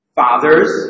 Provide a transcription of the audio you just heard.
fathers